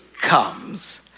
comes